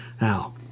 Now